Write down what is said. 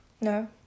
No